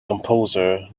composer